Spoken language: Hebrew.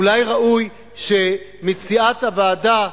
אולי ראוי שמציעת הוועדה,